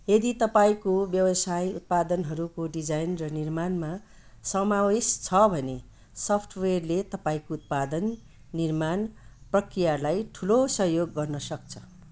यदि तपाईँँको व्यवसाय उत्पादनहरूको डिजाइन र निर्माणमा समावेश छ भने सफ्टवेरले तपाईँँको उत्पादन निर्माण प्रक्रियालाई ठुलो सहयोग गर्न सक्छ